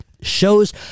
shows